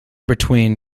between